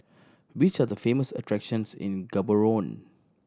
which are the famous attractions in Gaborone